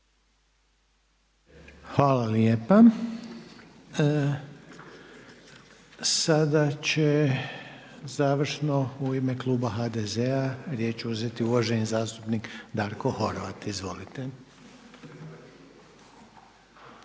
Hvala lijepa. Sada će završno u ime kluba HDZ-a riječ uzeti uvaženi zastupnik Darko Horvat. Izvolite.